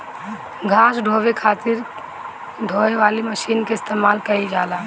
घास ढोवे खातिर खातिर ढोवे वाली मशीन के इस्तेमाल कइल जाला